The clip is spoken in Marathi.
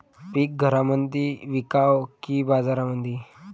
पीक घरामंदी विकावं की बाजारामंदी?